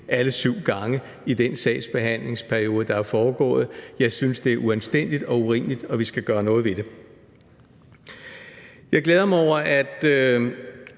alle syv gange i den sagsbehandlingsperiode, det er foregået. Jeg synes, at det er uanstændigt og urimeligt og vi skal gøre noget ved det. Jeg glæder mig over, at